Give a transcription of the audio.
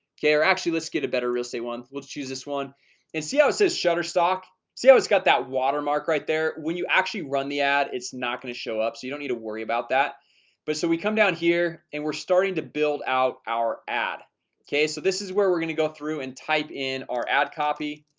okay, or actually, let's get a better real say one let's choose this one and see how it says shutterstock see how it's got that watermark right there when you actually run the ad it's not gonna show up so you don't need to worry about that but so we come down here and we're starting to build out our ad okay, so this is where we're gonna go through and type in our ad copy